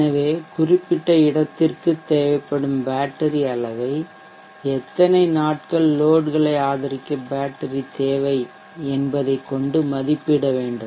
எனவே குறிப்பிட்ட இடத்திற்கு தேவைப்படும் பேட்டரி அளவை எத்தனை நாட்கள் லோட்களை ஆதரிக்க பேட்டரி தேவை என்பதைக் கொண்டு மதிப்பிட வேண்டும்